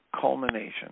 culmination